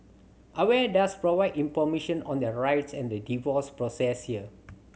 aware does provide information on their rights and the divorce process here